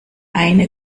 eine